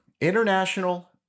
International